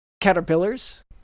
caterpillars